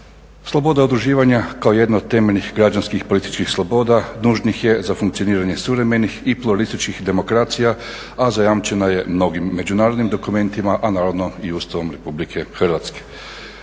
Sloboda udruživanja kao jedna od temeljnih građanskih, političkih sloboda nužnih je za funkcioniranje suvremenih i pluralističkih demokracija, a zajamčena je mnogim međunarodnim dokumentima, a naravno i Ustavom Republike Hrvatske.